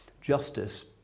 justice